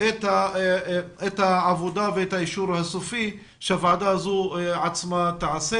את העבודה ואת האישור הסופי שהוועדה הזאת תעשה.